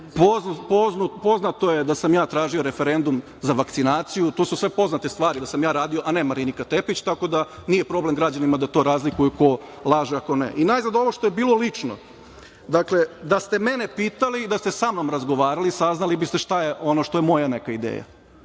poznato je da sam ja tražio referendum za vakcinaciju i to su sve poznate stvari da sam ja radio, a ne Marinika Tepić, tako da nije problem građanima da razlikuju ko je ko, ko laže, a ko ne. Ono što je bilo lično, da ste mene pitali i da ste sa mnom razgovarali, saznali biste šta je moja ideja,